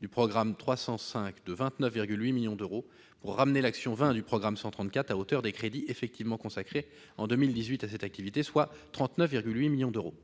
du programme 305 de 29,8 millions d'euros, pour ramener l'action n° 20 du programme 134 à hauteur des crédits effectivement consacrés en 2018 à cette activité, soit 39,8 millions d'euros.